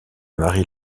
marie